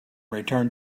returned